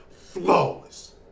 Flawless